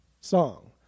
song